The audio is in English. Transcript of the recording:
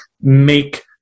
make